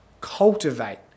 Cultivate